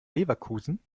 leverkusen